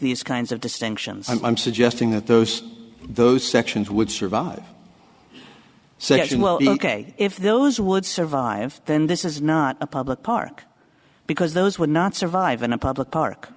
these kinds of distinctions and i'm suggesting that those those sections would survive saying well ok if those would survive then this is not a public park because those would not survive in a public park